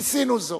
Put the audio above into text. ניסינו זאת,